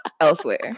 elsewhere